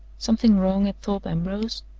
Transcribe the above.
something wrong at thorpe ambrose?